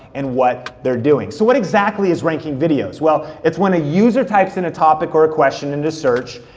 and what they're doing. so what exactly is ranking videos? well, it's when a user types in a topic or a question into search,